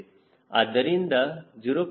ಆದ್ದರಿಂದ 0